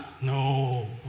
No